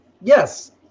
yes